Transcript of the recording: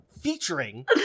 featuring